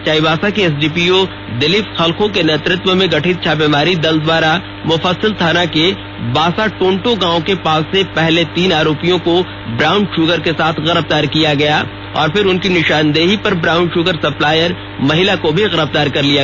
चाईबासा के एसडीपीओ दिलीप खलखो के नेतृत्व में गठित छापामारी दल द्वारा मुफस्सिल थाना के बासाटोंटो गांव के पास से पहले तीन आरोपियों को ब्राउन शुगर के साथ गिरफ्तार किया गया और फिर उनकी निशानदेही पर ब्राउन शुगर सप्लायर महिला को भी गिरफ्तार कर लिया